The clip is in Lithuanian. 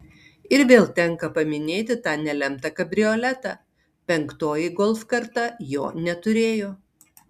ir vėl tenka paminėti tą nelemtą kabrioletą penktoji golf karta jo neturėjo